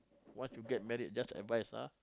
once you get married just advice ah